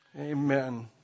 Amen